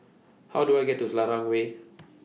How Do I get to Selarang Way